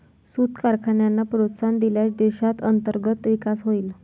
सूत कारखान्यांना प्रोत्साहन दिल्यास देशात अंतर्गत विकास होईल